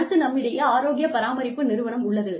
அடுத்து நம்மிடையே ஆரோக்கிய பராமரிப்பு நிறுவனம் உள்ளது